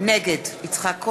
נגד מאיר כהן,